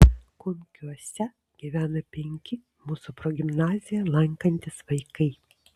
kunkiuose gyvena penki mūsų progimnaziją lankantys vaikai